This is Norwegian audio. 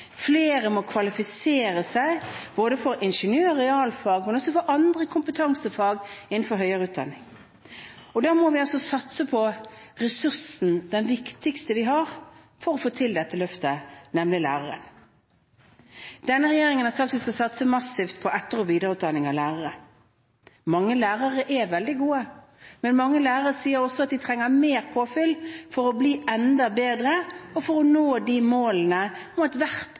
Flere må kvalifisere seg både for ingeniør- og realfag, men også for andre kompetansefag innenfor høyere utdanning, og da må vi satse på den viktigste ressursen vi har for å få til dette løftet, nemlig læreren. Denne regjeringen har sagt at vi skal satse massivt på etter- og videreutdanning av lærere. Mange lærere er veldig gode, men mange lærere sier også at de trenger mer påfyll for å bli enda bedre og for å nå